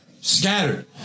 scattered